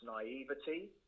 naivety